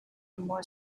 more